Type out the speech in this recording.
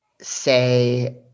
say